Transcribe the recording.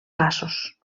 passos